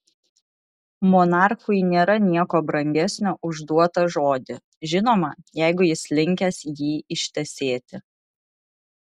monarchui nėra nieko brangesnio už duotą žodį žinoma jeigu jis linkęs jį ištesėti